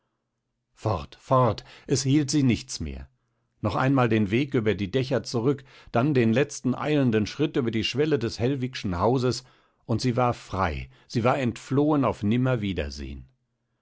fort fort es hielt sie nichts mehr noch einmal den weg über die dächer zurück dann den letzten eilenden schritt über die schwelle des hellwigschen hauses und sie war frei sie war entflohen auf